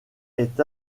est